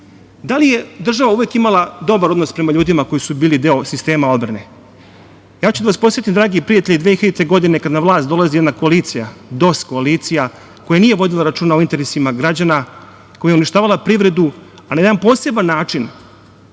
li je država uvek imala dobar odnos prema ljudima koji su bili deo sistema odbrane? Podsetiću vas, dragi prijatelji, 2000. godine kada na vlast dolazi jedna koalicija, DOS koalicija, koja nije vodila računa o interesima građana, koja je uništavala privredu ali na jedan poseban način,